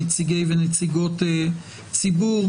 נציגי ונציגות ציבור.